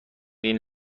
این